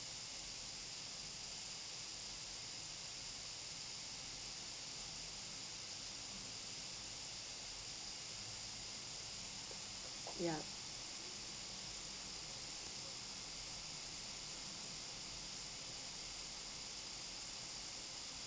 ya